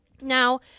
Now